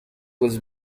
was